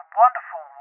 wonderful